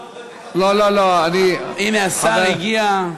הנה השר הגיע.